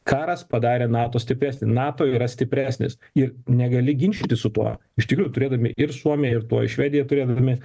karas padarė nato stipresnį nato yra stipresnis ir negali ginčytis su tuo iš tikrųjų turėdami ir suomiją ir tuoj švediją turėdami